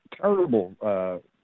terrible